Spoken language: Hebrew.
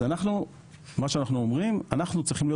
אז אנחנו אומרים שאנחנו צריכים להיות